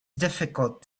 difficult